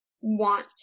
want